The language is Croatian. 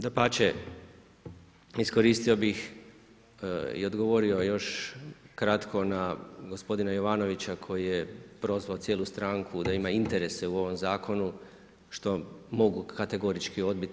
Dapače, iskoristio bih i odgovorio još kratko na gospodina Jovanovića koji je prozvao cijelu stranku da ima interese u ovom zakonu što mogu kategorički odbiti.